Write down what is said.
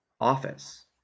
office